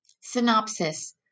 Synopsis